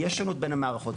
יש שונות בין המערכות,